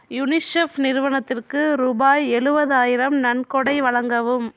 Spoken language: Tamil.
யூனிசெஃப் நிறுவனத்திற்கு ரூபாய் எழுபதாயிரம் நன்கொடை வழங்கவும்